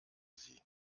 sie